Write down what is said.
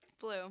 Blue